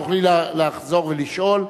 תוכלי לחזור ולשאול.